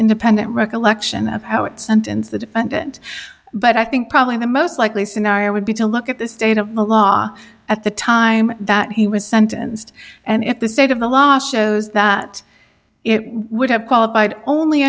independent recollection of how it sentenced the defendant but i think probably the most likely scenario would be to look at the state of the law at the time that he was sentenced and if the state of the law shows that it would have qualified only